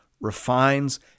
refines